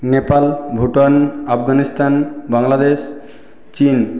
নেপাল ভুটান আফগানিস্তান বাংলাদেশ চিন